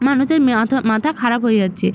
মানুষের মাথা খারাপ হয়ে যাচ্ছে